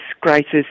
crisis